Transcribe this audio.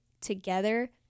together